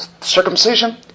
Circumcision